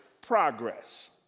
progress